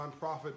nonprofit